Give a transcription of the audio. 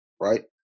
right